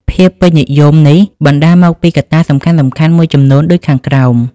ភាពពេញនិយមនេះបណ្តាលមកពីកត្តាសំខាន់ៗមួយចំនួនដូចខាងក្រោម